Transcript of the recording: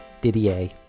Didier